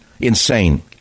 insane